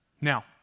Now